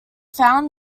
found